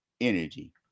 energy